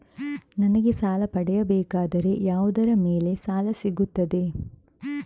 ನನಗೆ ಸಾಲ ಪಡೆಯಬೇಕಾದರೆ ಯಾವುದರ ಮೇಲೆ ಸಾಲ ಸಿಗುತ್ತೆ?